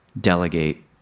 delegate